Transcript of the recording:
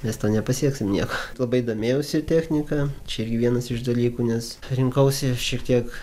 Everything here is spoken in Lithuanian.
nes to nepasieksim nieko labai domėjausi technika čia irgi vienas iš dalykų nes rinkausi šiek tiek